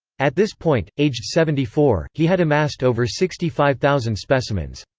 at this point, aged seventy four, he had amassed over sixty five thousand specimens.